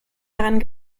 daran